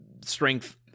strength